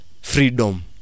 freedom